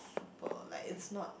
super like it's not